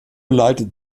leitet